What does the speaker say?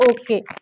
okay